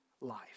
life